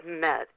met